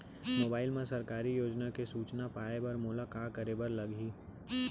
mobile मा सरकारी योजना के सूचना पाए बर मोला का करे बर लागही